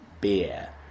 beer